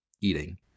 eating